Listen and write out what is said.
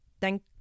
Thank